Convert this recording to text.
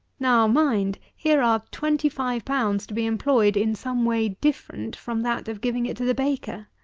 now mind, here are twenty-five pounds to be employed in some way different from that of giving it to the baker.